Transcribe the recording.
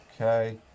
Okay